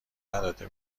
نداده